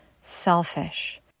selfish